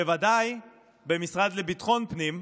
בוודאי במשרד לביטחון פנים,